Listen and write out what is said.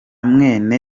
mwene